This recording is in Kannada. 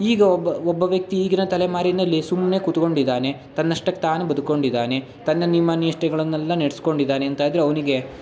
ಈಗ ಒಬ್ಬ ಒಬ್ಬ ವ್ಯಕ್ತಿ ಈಗಿನ ತಲೆಮಾರಿನಲ್ಲಿ ಸುಮ್ಮನೆ ಕುತ್ಕೊಂಡಿದ್ದಾನೆ ತನ್ನಷ್ಟಕ್ಕೆ ತಾನು ಬದ್ಕೊಂಡಿದ್ದಾನೆ ತನ್ನ ನಿಯಮ ನಿಷ್ಠೆಗಳನ್ನೆಲ್ಲ ನೆಡೆಸ್ಕೊಂಡಿದ್ದಾನೆ ಅಂತಾದರೆ ಅವನಿಗೆ